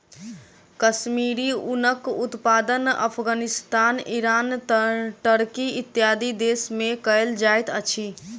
कश्मीरी ऊनक उत्पादन Afghanistan, Iran, Turkey, इत्यादि देश में कयल जाइत अछि